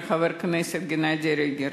על חבר הכנסת גנדי ריגר.